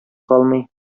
калмый